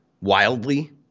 wildly